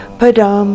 padam